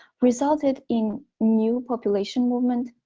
resulted in new population movement,